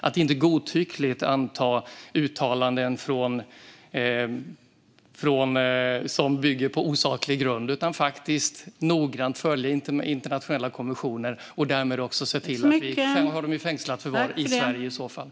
Man ska inte godtyckligt anta uttalanden som bygger på osaklig grund utan faktiskt noggrant följa internationella konventioner och därmed se till att hålla dessa människor i fängslat förvar i Sverige.